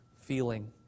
feeling